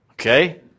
Okay